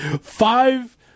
five